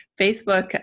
Facebook